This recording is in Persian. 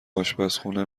آشپزخونه